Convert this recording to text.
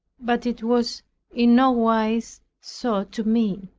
but it was in no wise so to me.